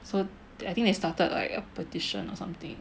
so I think they started like a petition or something